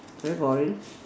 very boring